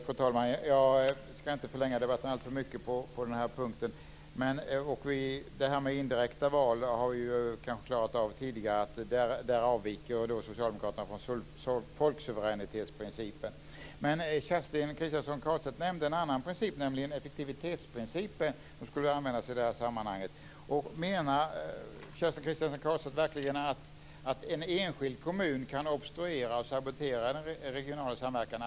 Fru talman! Jag ska inte förlänga debatten alltför mycket på den här punkten. Det här med indirekta val har vi ju kanske klarat av tidigare. Där avviker socialdemokraterna från folksuveränitetsprincipen. Men Kerstin Kristiansson Karlstedt nämnde en annan princip, nämligen effektivitetsprincipen, som skulle användas i det här sammanhanget. Menar Kerstin Kristiansson Karlstedt verkligen att det är bra ur effektivitetssynvinkel att en enskild kommun kan obstruera och sabotera regional samverkan?